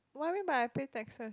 what you mean by I pay taxes